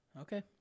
Okay